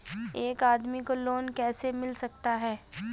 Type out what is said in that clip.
एक आदमी को लोन कैसे मिल सकता है?